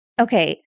okay